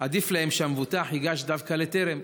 עדיף להן שהמבוטח ייגש דווקא לטרם,